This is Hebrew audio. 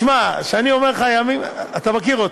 שמע, כשאני אומר לך ימים, אתה מכיר אותי.